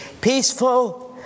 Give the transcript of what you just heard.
peaceful